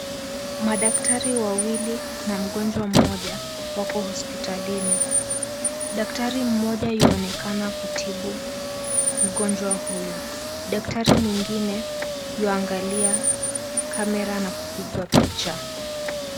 Madaktari wawili na mgonjwa mmoja wako hospitalini. Daktari mmoja ywaonekana kutibu mgonjwa huyu. Daktari mwengine ywaangalia kamera na kupigwa picha.